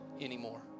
anymore